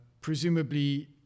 presumably